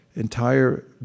Entire